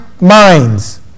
minds